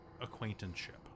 acquaintanceship